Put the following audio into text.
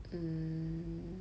hmm